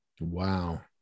wow